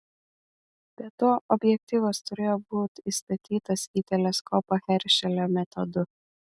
be to objektyvas turėjo būti įstatytas į teleskopą heršelio metodu